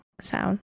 sound